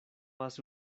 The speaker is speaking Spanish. hace